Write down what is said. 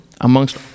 amongst